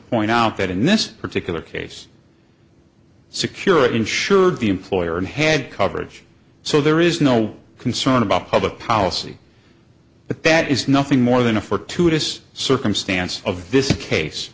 point out that in this particular case security insured the employer and had coverage so there is no concern about public policy but that is nothing more than a fortuitous circumstance of this case